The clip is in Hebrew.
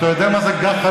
אתה יודע מה זה גח"ל?